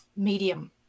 medium